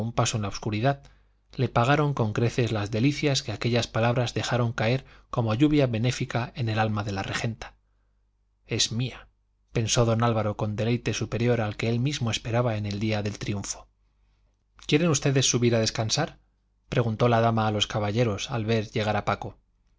paso en la obscuridad le pagaron con creces las delicias que aquellas palabras dejaron caer como lluvia benéfica en el alma de la regenta es mía pensó don álvaro con deleite superior al que él mismo esperaba en el día del triunfo quieren ustedes subir a descansar preguntó la dama a los caballeros al ver llegar a paco